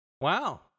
Wow